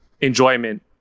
enjoyment